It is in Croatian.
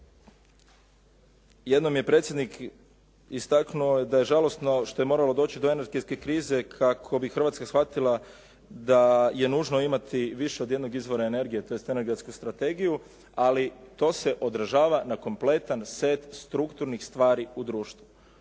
jednom mi je predsjednik istaknuo da je žalosno što je moralo doći do energetske krize kako bi Hrvatska shvatila da je nužno imati više od jednog izvora energije, tj. energetsku strategiju, ali to se odražava na kompletan set strukturnih stvari u društvu.